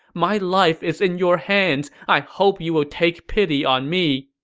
my life is in your hands. i hope you will take pity on me!